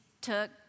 took